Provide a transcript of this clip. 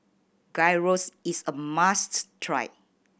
gyros is a must try